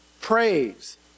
praise